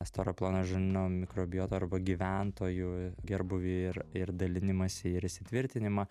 storo plono žarnyno mikrobiotą arba gyventojų gerbūvį ir ir dalinimąsi ir įsitvirtinimą